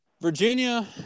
Virginia